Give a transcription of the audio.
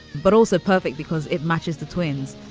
but also perfect because it matches the twins.